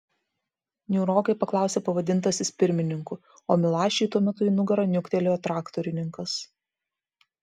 niūrokai paklausė pavadintasis pirmininku o milašiui tuo metu į nugarą niuktelėjo traktorininkas